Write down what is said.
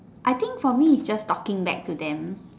I think for me it's just talking back to them